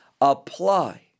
apply